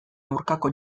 aurkako